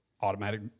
automatic